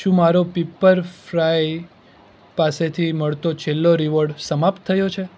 શું મારો Pepperfry પાસેથી મળતો છેલ્લો રીવોર્ડ સમાપ્ત થયો છે